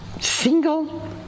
single